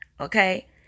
Okay